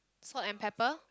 salt and pepper